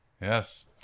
Yes